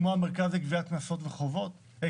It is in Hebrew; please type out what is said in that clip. כמו המרכז לגביית קנסות ואגרות,